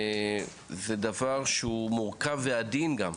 זה דבר שהוא מורכב ועדין גם,